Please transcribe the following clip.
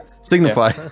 Signify